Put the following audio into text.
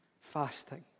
fasting